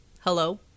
hello